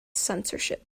censorship